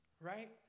right